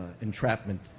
entrapment